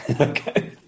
Okay